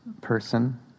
Person